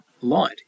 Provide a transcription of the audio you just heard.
light